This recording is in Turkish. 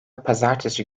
pazartesi